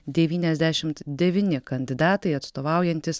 devyniasdešimt devyni kandidatai atstovaujantys